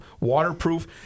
waterproof